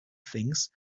things